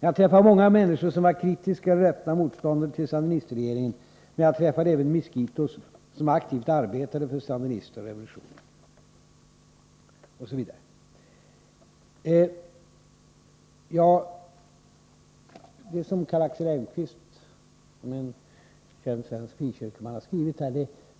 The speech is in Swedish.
Jag träffade många människor som var kritiska eller öppna motståndare till Sandinistregeringen, men jag träffade även miskitos som aktivt arbetade för Sandinisterna och revolutionen.” Osv. Det som Karl Axel Engqvist, en känd svensk frikyrkoman, har skrivit